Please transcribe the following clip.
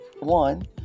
one